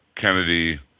Kennedy